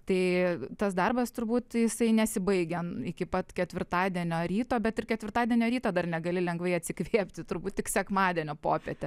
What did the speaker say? tai tas darbas turbūt jisai nesibaigia iki pat ketvirtadienio ryto bet ir ketvirtadienio rytą dar negali lengvai atsikvėpti turbūt tik sekmadienio popietę